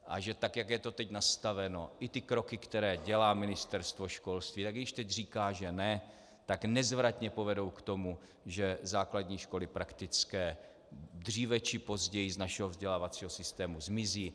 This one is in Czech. A že tak jak je to teď nastaveno, i ty kroky, které dělá Ministerstvo školství, i když teď říká že ne, nezvratně povedou k tomu, že základní školy praktické dříve či později z našeho vzdělávacího systému zmizí.